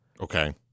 okay